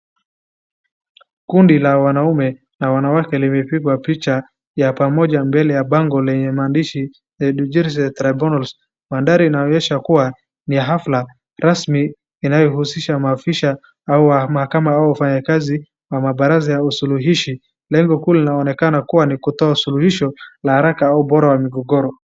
Kundi la wanaume na wanawake limepigwa picha ya pamoja mbele ya bango lenye maandishi The Judiciary Tribunals . Mandhari inaonyesha kuwa ni hafla rasmi inayohusisha maafisa au maakama au wafanyikazi wa mabaraza ya usuluhishi, lengo kuu linaonekana kuwa ni kutoa suluhisho la haraka au ubora wa migogoro.